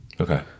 Okay